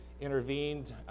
intervened